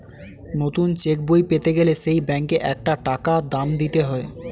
নতুন চেক বই পেতে গেলে সেই ব্যাংকে একটা টাকা দাম দিতে হয়